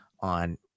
on